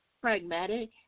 pragmatic